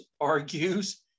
argues